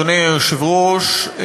אדוני היושב-ראש,